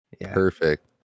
perfect